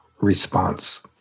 response